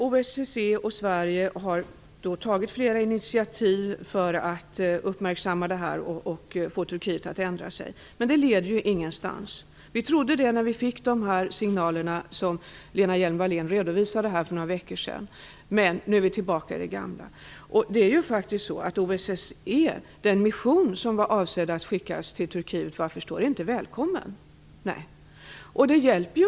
OSSE och Sverige har tagit flera initiativ för att uppmärksamma det här och få Turkiet att ändra sig, men det har inte lett någonstans. När Lena Hjelm-Wallén gjorde en redovisning för några veckor sedan trodde vi att det möjligen kunde bli resultat, men nu är vi tillbaka i det gamla. Den mission OSSE hade avsett att skicka till Turkiet var, vad jag förstår, inte välkommen.